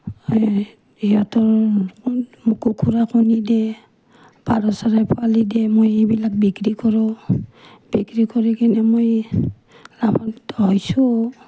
সিহঁতৰ আপোনাৰ কুকুৰাৰ কণী দিয়ে পাৰ চৰাইৰ পোৱালি দিয়ে মই সেইবিলাক বিক্ৰী কৰোঁ বিক্ৰী কৰি কিনে মই লাভান্বিত হৈছোঁ